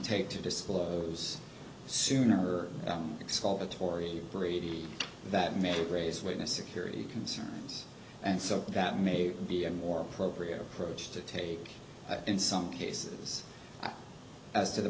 take to disclose sooner exculpatory brady that made it raise witness security concerns and so that may be a more appropriate approach to take in some cases as to the